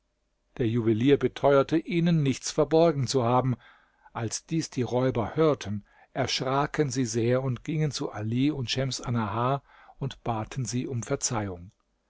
der juwelier beteuerte ihnen nichts verborgen zu haben als dies die räuber hörten erschraken sie sehr und gingen zu ali und schems annahar und baten sie um verzeihung